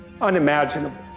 unimaginable